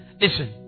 Listen